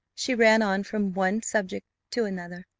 she ran on from one subject to another.